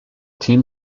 team